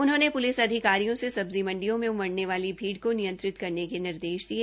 उन्होंने प्लिस अधिकारियों से सब्जी मण्डियों में उमडऩे वाली भीड़ को नियंत्रित करने के निर्देश दिए